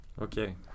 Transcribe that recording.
Okay